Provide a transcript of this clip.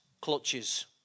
clutches